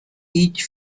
each